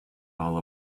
all